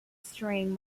strain